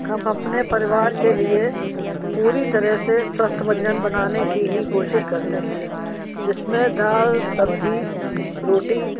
हम अपने परिवार के लिए पूरी तरह से स्वस्थ व्यंजन बनाने की ही कोशिश करते हैं जिसमें दाल सब्ज़ी रोटी